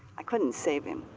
i couldn't save him.